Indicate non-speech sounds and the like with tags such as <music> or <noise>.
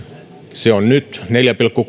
se on nyt neljän pilkku <unintelligible>